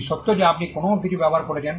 এটি এই সত্য যে আপনি কোনও কিছু ব্যবহার করছেন